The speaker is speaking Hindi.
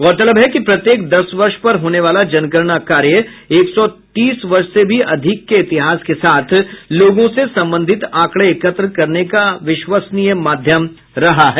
गौरतलब है कि प्रत्येक दस वर्ष पर होने वाला जनगणना कार्य एक सौ तीस वर्ष से भी अधिक के इतिहास के साथ लोगों से संबंधित आंकड़े एकत्र करने का विश्वसनीय माध्यम रहा है